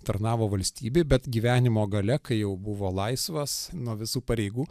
tarnavo valstybei bet gyvenimo gale kai jau buvo laisvas nuo visų pareigų